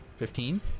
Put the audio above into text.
Fifteen